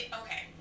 okay